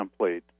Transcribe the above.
template